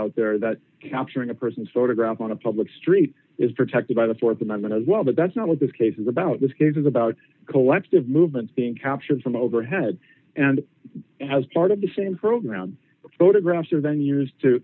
out there that capturing a person's photograph on a public street is protected by the th amendment as well but that's not what this case is about this case is about collective movement being captured from overhead and as part of the same program photographs are then used to